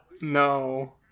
No